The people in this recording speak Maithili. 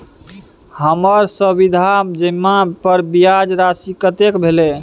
हमर सावधि जमा पर ब्याज राशि कतेक भेल?